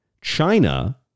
China